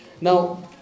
Now